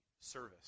service